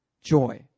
joy